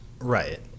Right